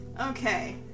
Okay